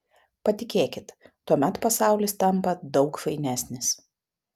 patikėkit tuomet pasaulis tampa daug fainesnis